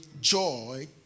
joy